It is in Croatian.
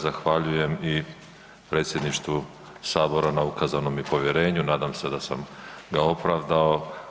Zahvaljujem i predsjedništvu sabora na ukazanom mi povjerenju, nadam se da sam ga opravdao.